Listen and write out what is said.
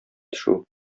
төшү